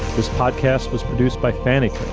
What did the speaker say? this podcast was produced by fannieco.